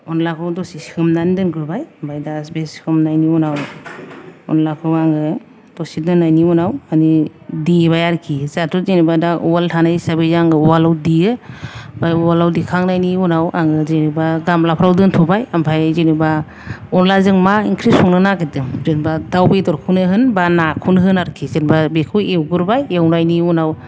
अनलाखौ दसे सोमनानै दोनग्रोबाय ओमफ्राय दा सोमनायनि उनाव अनलाखौ आङो दसे दोननायनि उनाव माने देबाय आरोखि जाहाथ' जेन'बा दा उवाल थानाय हिसाबै आङो उवालाव देयो ओमफ्राय उवालाव देखांनायनि उनाव आं जेन'बा गामलाफ्राव दोनथ'बाय ओमफ्राय जेन'बा अनलाजों मा ओंख्रि संनो नागिरदों जेन'बा दाव बेदरखौनो होन बा नाखौनो होन आरोखि जेन'बा बेखौ एवग्रोबाय एवनायनि उनाव